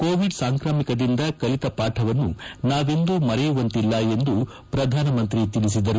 Covid ಸಾಂಕ್ರಾಮಿಕದಿಂದ ಕಲಿತ ಪಾಠವನ್ನು ನಾವೆಂದು ಮರೆಯುವಂತಿಲ್ಲ ಎಂದು ಪ್ರಧಾನಮಂತ್ರಿ ತಿಳಿಸಿದರು